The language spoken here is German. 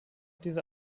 diese